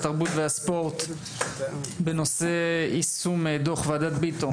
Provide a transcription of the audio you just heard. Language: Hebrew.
התרבות והספורט בנושא יישום דו"ח ועדת ביטון